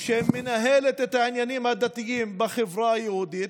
שמנהלת את העניינים הדתיים בחברה היהודית,